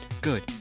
good